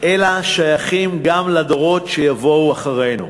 אלא שייכים גם לדורות שיבואו אחרינו.